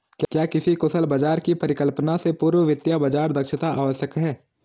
क्या किसी कुशल बाजार की परिकल्पना से पूर्व वित्तीय बाजार दक्षता आवश्यक है?